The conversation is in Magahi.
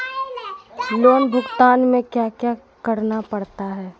लोन भुगतान में क्या क्या करना पड़ता है